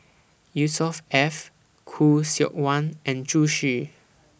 Yusnor Ef Khoo Seok Wan and Zhu Xu